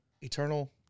Eternal